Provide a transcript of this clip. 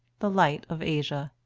the light of asia.